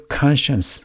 conscience